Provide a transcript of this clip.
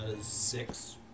Six